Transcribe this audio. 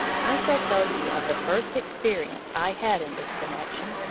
i shall tell you of the first experience i had in this connection.